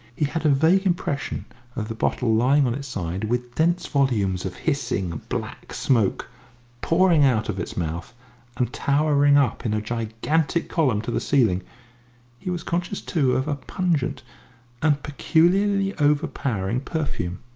he had a vague impression of the bottle lying on its side, with dense volumes of hissing, black smoke pouring out of its mouth and towering up in a gigantic column to the ceiling he was conscious, too, of a pungent and peculiarly overpowering perfume.